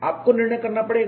आपको निर्णय करना पड़ेगा